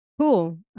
cool